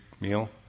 meal